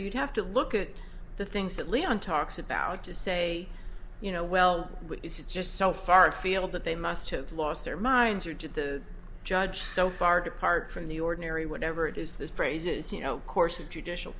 you'd have to look at the things that leon talks about to say you know well it's just so far afield that they must have lost their minds or did the judge so far depart from the ordinary whatever it is that phrases you know course of judicial